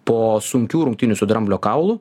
po sunkių rungtynių su dramblio kaulu